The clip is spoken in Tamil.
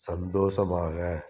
சந்தோசமாக